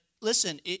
listen